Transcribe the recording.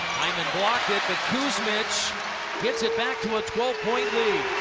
hyman blocked it, but kuzmic gets it back to a twelve point lead.